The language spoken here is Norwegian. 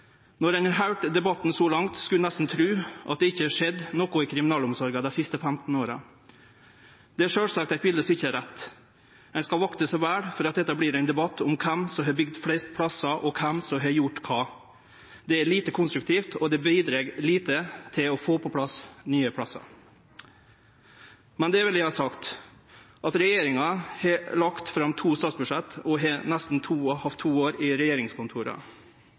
Når ein har høyrt debatten så langt, skulle ein tru at det nesten ikkje har skjedd noko i kriminalomsorga dei siste 15 åra. Det er sjølvsagt eit bilete som ikkje er rett. Ein skal vakte seg vel for at dette blir ein debatt om kven som har bygd flest plassar, og kven som har gjort kva. Det er lite konstruktivt, og det bidreg lite til å få på plass nye plassar. Men det vil eg ha sagt, at regjeringa har lagt fram to statsbudsjett og har hatt nesten to år i